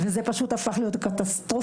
וזה פשוט הפך להיות קטסטרופה.